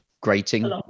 Grating